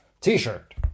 t-shirt